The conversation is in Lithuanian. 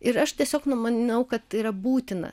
ir aš tiesiog numanau kad yra būtina